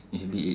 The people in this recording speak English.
it's a bit l~